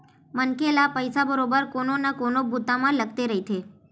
मनखे ल पइसा बरोबर कोनो न कोनो बूता म लगथे रहिथे